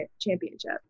championship